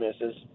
misses